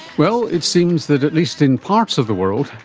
well, it seems that at least in parts of the world,